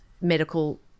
medical